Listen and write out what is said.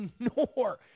ignore